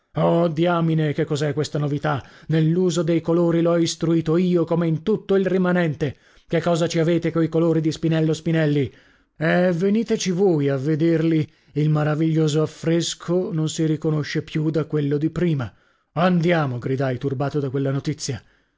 oh diamine che cos'è questa novità nell'uso dei colori l'ho istruito io come in tutto il rimanente che cosa ci avete coi colori di spinello spinelli eh veniteci voi a vederli il maraviglioso affresco non si riconosce più da quello di prima andiamo gridai turbato da quella notizia